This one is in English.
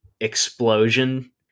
explosion